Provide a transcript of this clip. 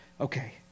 Okay